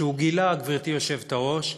גברתי היושבת-ראש,